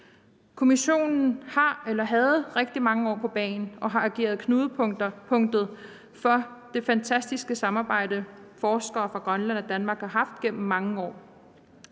Kommissionen har eller havde rigtig mange år på bagen og har ageret knudepunkt for det fantastiske samarbejde, forskere fra Grønland og Danmark har haft gennem mange år.